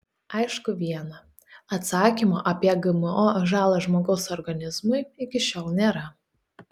aišku viena atsakymo apie gmo žalą žmogaus organizmui iki šiol nėra